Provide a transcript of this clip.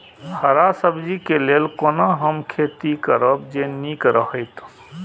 हरा सब्जी के लेल कोना हम खेती करब जे नीक रहैत?